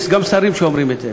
יש גם שרים שאומרים את זה,